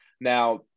Now